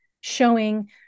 showing